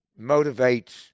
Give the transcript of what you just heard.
motivates